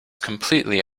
completely